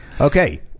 Okay